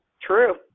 True